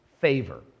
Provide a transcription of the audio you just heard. favor